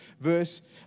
verse